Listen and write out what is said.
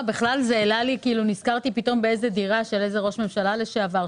נזכרתי פתאום באיזו דירה של איזה ראש ממשלה לשעבר,